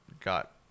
got